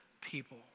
people